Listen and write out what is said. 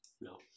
No